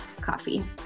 Coffee